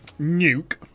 nuke